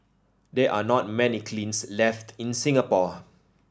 there are not many kilns left in Singapore